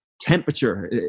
temperature